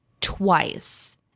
twice